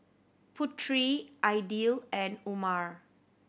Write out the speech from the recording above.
Putri Aidil and Umar